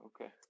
Okay